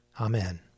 Amen